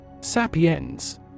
Sapiens